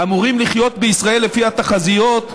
אמורים לחיות בישראל, לפי התחזיות,